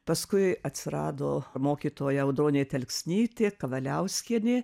paskui atsirado mokytoja audronė telksnytė kavaliauskienė